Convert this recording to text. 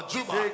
Juba